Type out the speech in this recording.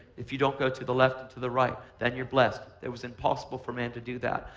if you don't go to the left and to the right, then you're blessed. it was impossible for man to do that.